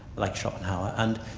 like schopenhauer, and